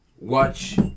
watch